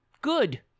good